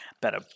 better